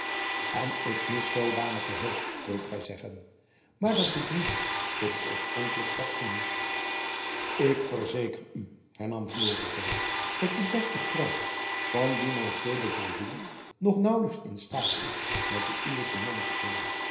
en ik mis zoodanige hulp wilt gy zeggen maar dat doet niets tot het oorspronkelijke fatsoen ik verzeker u hernam florisz dat de beste pruik van dien monsieur de gourville nog naauwlijks in staat is met de uwe te monsteren